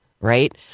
right